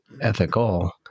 ethical